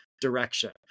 direction